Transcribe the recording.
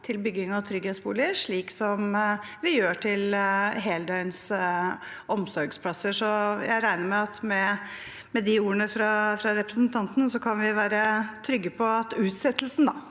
til bygging av trygghetsboliger, slik som vi gjør til heldøgns omsorgsplasser. Jeg regner med at med de ordene fra representanten så kan vi være trygge på at utsettelsen